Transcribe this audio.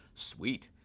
sweet.